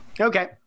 Okay